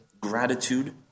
gratitude